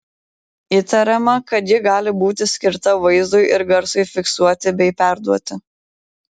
įtariama kad ji gali būti skirta vaizdui ir garsui fiksuoti bei perduoti